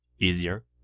easier